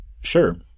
Sure